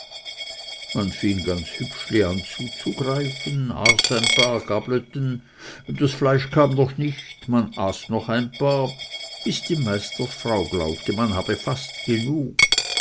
man fing ganz hübschli an zuzugreifen aß ein paar gableten das fleisch kam noch nicht man aß noch ein paar bis die meistersfrau glaubte man habe fast genug